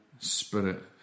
spirit